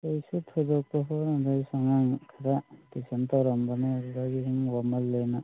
ꯀꯔꯤꯁꯨ ꯊꯣꯏꯗꯣꯛꯄ ꯍꯣꯠꯅꯗꯦ ꯑꯩꯁꯨ ꯑꯉꯥꯡ ꯈꯔ ꯇ꯭ꯌꯨꯁꯟ ꯇꯧꯔꯝꯕꯅꯦ ꯑꯗꯨꯗ ꯑꯩꯁꯨ ꯁꯨꯝ ꯋꯥꯃꯜꯂꯦꯅ